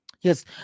Yes